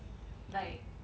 like